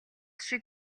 шиг